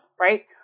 right